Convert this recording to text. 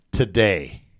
Today